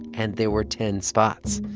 and there were ten spots.